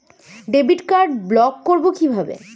Debit card block করব কিভাবে?